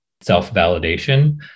self-validation